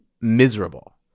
miserable